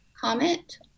comment